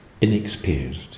inexperienced